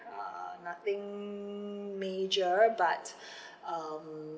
uh nothing major but um